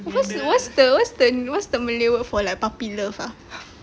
what's the what's the what's the what's the malay word for like puppy love ah